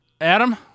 Adam